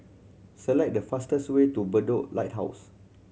select the fastest way to Bedok Lighthouse